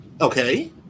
Okay